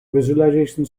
visualization